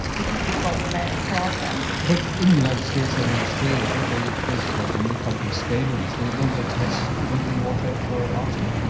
this is becoming a problem. but in the united states and in australia don't they, like and you come from spain originally, don't they test the drinking water for arsenic?